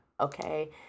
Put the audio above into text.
okay